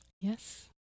Yes